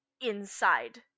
inside